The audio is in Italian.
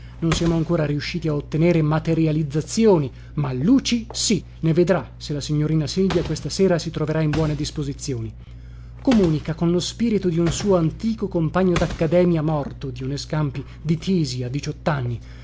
non siamo ancora riusciti a ottenere materializzazioni ma luci sì ne vedrà se la signorina silvia questa sera si troverà in buone disposizioni comunica con lo spirito dun suo antico compagno daccademia morto dio ne scampi di tisi a